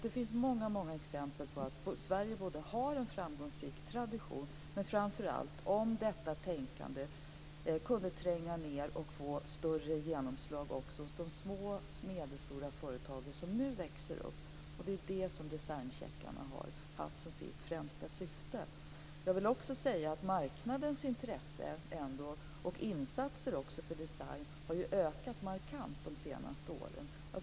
Det finns många exempel på att Sverige har en framgångsrik tradition. Men framför allt skulle det vara bra om detta tänkande kunde tränga ned och få större genomslag också hos de små och medelstora företagen som nu växer upp. Det är det som designcheckarna har haft som sitt främsta syfte. Jag vill också säga att marknadens intresse och insatser för design har ökat markant under de senaste åren.